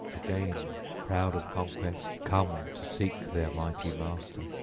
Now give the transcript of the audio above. again, proud of conquest, come to seek their mighty master.